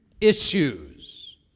Issues